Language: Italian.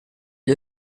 gli